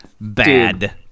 bad